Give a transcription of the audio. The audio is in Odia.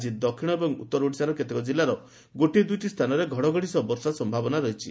ଆଜି ଦକ୍ଷିଣ ଏବଂ ଉତ୍ତର ଓଡ଼ିଶାର କେକେତ କିଲ୍କାରେ ଗୋଟିଏ ଦୁଇଟି ସ୍ସାନରେ ଘଡ଼ଘଡ଼ି ସହ ବର୍ଷା ସମ୍ଭାବନା ରହିଛି